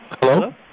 Hello